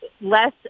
less